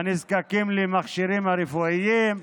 בנזקקים למכשירים הרפואיים.